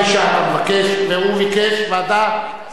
מעמד האשה הוא מבקש, והוא ביקש ועדת, ?